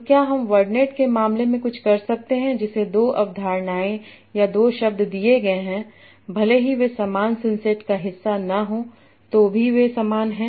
तो क्या हम वर्डनेट के मामले में कुछ कर सकते हैं जिसे दो अवधारणाएं या दो शब्द दिए गए हैं भले ही वे समान सिंसेट का हिस्सा न हों तो भी वे समान हैं